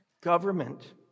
government